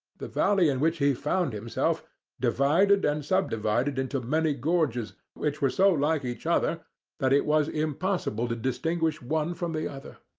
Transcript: the valley in which he found himself divided and sub-divided into many gorges, which were so like each other that it was impossible to distinguish one from the other.